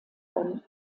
bonn